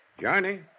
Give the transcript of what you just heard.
Johnny